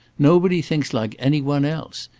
nobody thinks like anyone else.